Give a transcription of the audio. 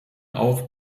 auch